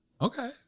Okay